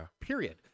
period